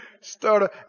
start